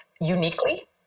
uniquely